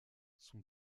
son